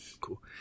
Cool